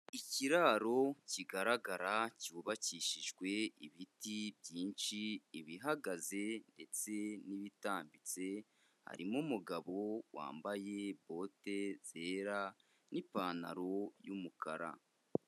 Ikiraro kigaragara cyubakishijwe ibiti byinshi ibihagaze ndetse n'ibitambitse, harimo umugabo wambaye bote zera n'ipantaro y'umukara.